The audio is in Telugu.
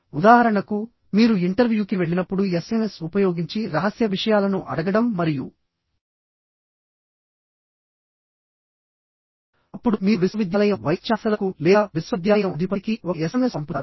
ఉదాహరణకు మీరు ఇంటర్వ్యూకి వెళ్లినప్పుడు ఎస్ఎంఎస్ ఉపయోగించి రహస్య విషయాలను అడగడం మరియు అప్పుడు మీరు విశ్వవిద్యాలయం వైస్ ఛాన్సలర్కు లేదా విశ్వవిద్యాలయం అధిపతికి ఒక ఎస్ఎంఎస్ పంపుతారు